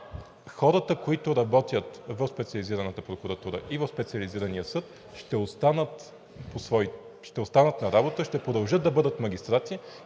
Хората, които работят в Специализираната прокуратура и в Специализирания съд, ще останат на работа, ще продължат да бъдат магистрати